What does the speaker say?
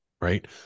right